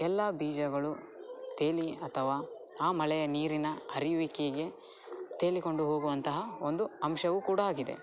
ಎಲ್ಲಾ ಬೀಜಗಳು ತೇಲಿ ಅಥವಾ ಆ ಮಳೆಯ ನೀರಿನ ಹರಿಯುವಿಕೆಗೆ ತೇಲಿಕೊಂಡು ಹೋಗುವಂತಹ ಒಂದು ಅಂಶವು ಕೂಡ ಆಗಿದೆ